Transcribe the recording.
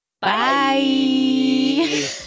bye